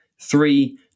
Three